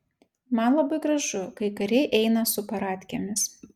man labai gražu kai kariai eina su paradkėmis